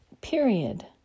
period